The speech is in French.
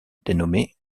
dénommée